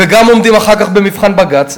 וגם עומדים אחר כך במבחן בג"ץ.